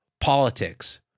politics